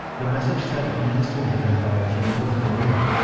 the message said a missile had been fired from north korea,